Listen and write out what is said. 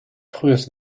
frühes